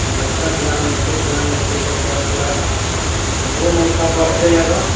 जे बच्चा ज्ञान अएतै ज्ञान अएतै तऽ काल्हिखना हमरो मनसा बढ़तै आगाँ